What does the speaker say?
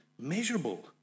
measurable